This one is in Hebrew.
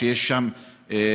שיש שם אפשרויות,